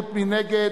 מי נגד?